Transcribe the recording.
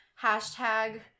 Hashtag